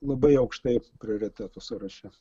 labai aukštai prioritetų sąraše